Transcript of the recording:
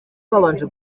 babanje